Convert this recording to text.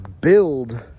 build